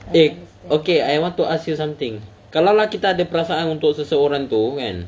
eh okay I want to ask you something kalau lah kita ada perasaan untuk seseorang tu kan